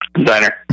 Designer